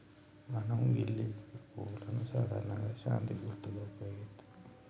మనం గీ లిల్లీ పువ్వును సాధారణంగా శాంతికి గుర్తుగా ఉపయోగిత్తం